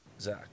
zach